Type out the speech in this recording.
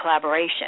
collaboration